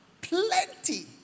plenty